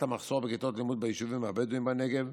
המחסור בכיתות לימוד ביישובים הבדואיים בנגב,